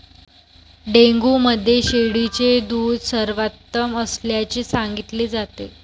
dengue मध्ये शेळीचे दूध सर्वोत्तम असल्याचे सांगितले जाते